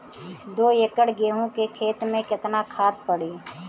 दो एकड़ गेहूँ के खेत मे केतना खाद पड़ी?